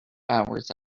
hours